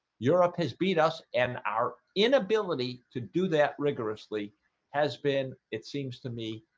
europe has beat us and our inability to do that rigorously has been it seems to me